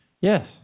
Yes